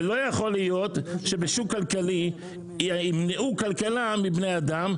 ולא יכול להיות שבשוק כלכלי ימנעו כלכלה מבני אדם,